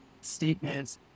statements